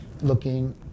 looking